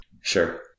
Sure